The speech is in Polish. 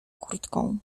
kurtką